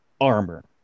armor